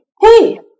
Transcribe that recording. hey